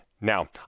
Now